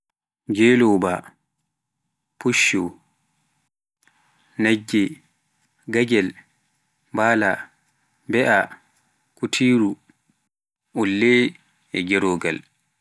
Ngeelooba, puccu, nagge, gagel, mbaala, mbe'a, kutiiru, ɓulle, e geroogal